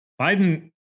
Biden